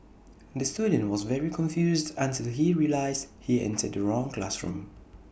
the student was very confused until he realised he entered the wrong classroom